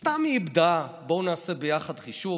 סתם היא איבדה, בואו נעשה ביחד חישוב.